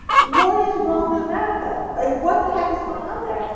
what is wrong with america? like, what the heck is going on there?